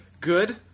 Good